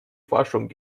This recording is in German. forschung